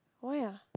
why ah